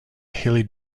hilly